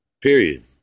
period